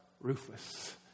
ruthless